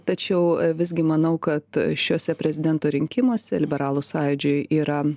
tačiau visgi manau kad šiuose prezidento rinkimuose liberalų sąjūdžiui yra